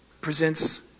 presents